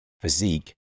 physique